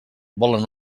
volen